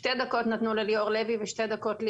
שתי דקות נתנו לליאור לוי ושתי דקות לי,